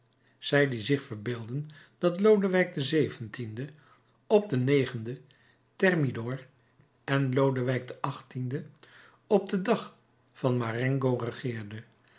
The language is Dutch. zij die zich verbeeldden dat lodewijk xvii op den negentienden term door en lodewijk xviii op den dag van marengo regeerde